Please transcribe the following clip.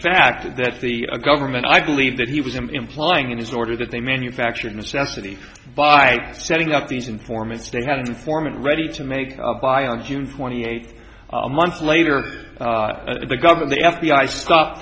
fact that the government i believe that he was implying in his order that they manufactured necessity by setting up these informants they had an informant ready to make by on june twenty eighth a month later the government the f b i stopped